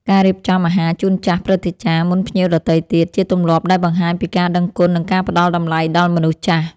ការរៀបចំអាហារជូនចាស់ព្រឹទ្ធាចារ្យមុនភ្ញៀវដទៃទៀត ជាទម្លាប់ដែលបង្ហាញពីការដឹងគុណនិងការផ្ដល់តម្លៃដល់មនុស្សចាស់។